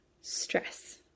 stress